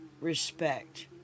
respect